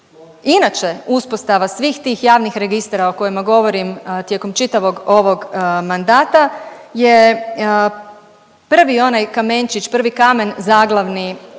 Inače uspostava svih tih javnih registara o kojima govorim tijekom čitavog ovog mandata je prvi onaj kamenčić, prvi kamen zaglavni